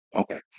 Okay